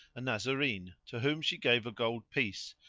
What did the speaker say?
a nazarene, to whom she gave a gold piece,